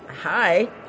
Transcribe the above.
hi